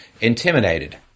intimidated